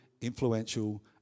influential